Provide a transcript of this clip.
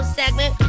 segment